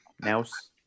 mouse